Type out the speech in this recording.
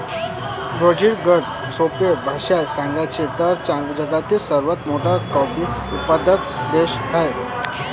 Brazil, अगदी सोप्या भाषेत सांगायचे तर, जगातील सर्वात मोठा कॉफी उत्पादक देश आहे